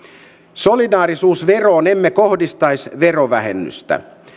solidaarisuusveroon emme kohdistaisi verovähennystä